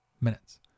minutes